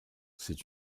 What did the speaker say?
c’est